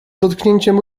dotknięciem